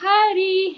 Hari